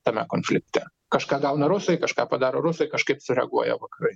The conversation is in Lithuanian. tame konflikte kažką gauna rusai kažką padaro rusai kažkaip sureaguoja vakarai